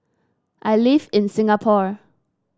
I live in Singapore